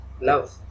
love